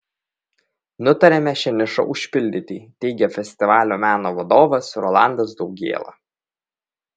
nutarėme šią nišą užpildyti teigė festivalio meno vadovas rolandas daugėla